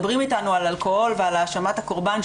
מדברים אתנו על אלכוהול ועל האשמת הקורבן,